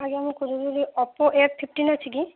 ଆଜ୍ଞା ମୁଁ ଖୋଜୁଥିଲି ଓପୋ ଏଫ୍ ଫିଫ୍ଟିନ୍ ଅଛିକି